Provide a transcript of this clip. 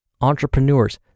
entrepreneurs